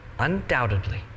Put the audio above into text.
undoubtedly